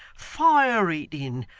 fire-eating,